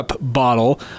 bottle